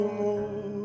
more